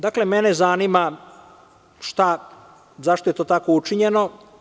Dakle, mene zanima zašto je to tako učinjeno?